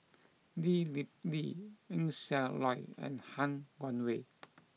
Lee Kip Lee Eng Siak Loy and Han Guangwei